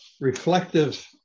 reflective